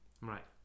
right